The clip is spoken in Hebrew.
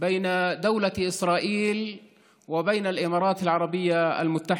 בין מדינת ישראל לבין איחוד האמירויות הערביות.